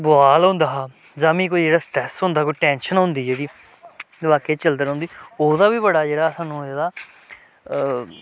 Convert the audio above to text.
बुआल होंदा हा जां मि कोई जेह्ड़ा स्ट्रैस होंदा ह कोई टैंशन होंदी जेह्ड़ी दमाकै च चलदी रौंहदी ओह्दा बी बड़ा जेह्ड़ा सानूं एह्दा